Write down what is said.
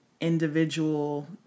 individual